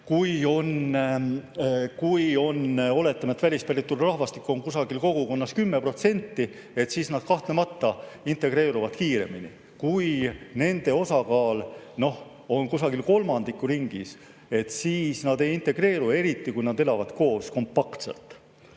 Kui on, oletame, välispäritolu rahvastikku kogukonnas 10%, siis nad kahtlemata integreeruvad kiiremini. Kui nende osakaal on kolmandiku ringis, siis nad ei integreeru, ja eriti siis, kui nad elavad kompaktselt